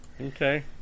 Okay